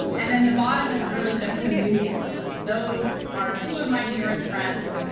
and then the bottom is really the community piece. those are two of my dearest friends.